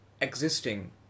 existing